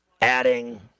adding